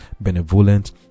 benevolent